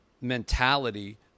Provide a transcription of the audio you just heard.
mentality